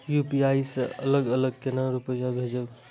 UPI से अलग अलग केना रुपया भेजब